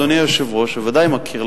אדוני היושב-ראש בוודאי מכיר,